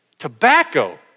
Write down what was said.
tobacco